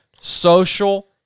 social